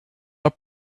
are